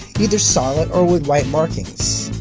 either solid or with white markings.